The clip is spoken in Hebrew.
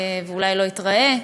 ואולי לא נתראה,